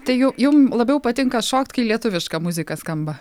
tai jau jum labiau patinka šokt kai lietuviška muzika skamba